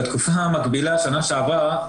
בתקופה המקבילה בשנה שעברה,